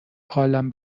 حالم